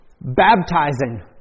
baptizing